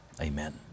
Amen